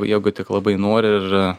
jeigu tik labai nori ir